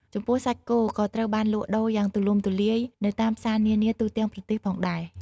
ចំពោះសាច់គោ ក៏ត្រូវបានលក់ដូរយ៉ាងទូលំទូលាយនៅតាមផ្សារនានាទូទាំងប្រទេសផងដែរ។